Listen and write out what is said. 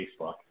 Facebook